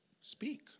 speak